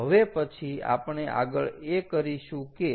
તો હવે પછી આપણે આગળ એ કરીશું કે